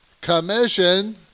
commission